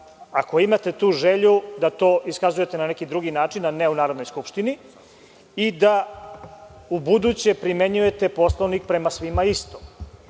ako imate tu želju da to iskazujete na neki drugi način, a ne u Narodnoj skupštini i da ubuduće primenjujete Poslovnik prema svima isto. Ako